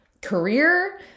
career